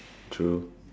true